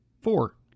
four